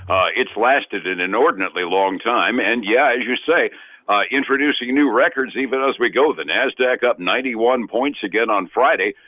it's lasted in inordinately long time, and yeah as you say introducing new records even as we go. the nasdaq up ninety one points again on friday,